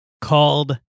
called